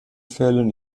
fällen